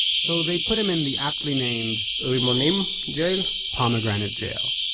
so they put him in the aptly named, rimonim jail pomegranate jail.